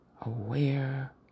aware